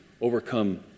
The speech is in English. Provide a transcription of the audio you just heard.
overcome